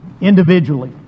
individually